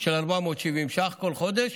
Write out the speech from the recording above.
של 470 שקלים כל חודש